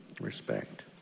Respect